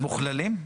מוכללים?